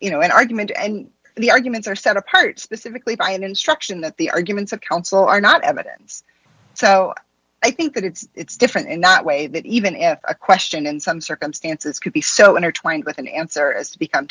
you know an argument and the arguments are set apart specifically by an instruction that the arguments of counsel are not evidence so i think that it's different in that way that even if a question in some circumstances could be so intertwined with an answer as to become